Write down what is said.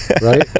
Right